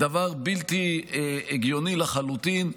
זה דבר בלתי הגיוני לחלוטין.